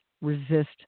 resist